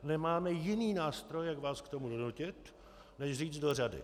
Nemáme jiný nástroj, jak vás k tomu donutit, než říct do řady.